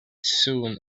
soon